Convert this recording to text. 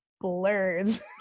blurs